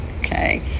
Okay